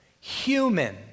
human